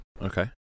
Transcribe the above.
Okay